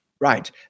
right